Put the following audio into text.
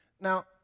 Now